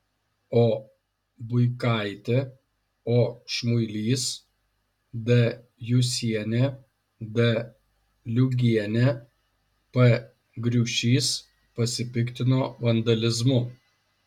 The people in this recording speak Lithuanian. o buikaitė o šmuilys d jusienė d liugienė p griušys pasipiktino vandalizmu